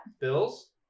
Bills